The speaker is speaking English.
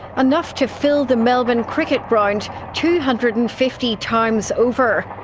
enough to fill the melbourne cricket ground two hundred and fifty times over.